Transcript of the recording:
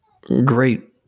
great